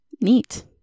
Neat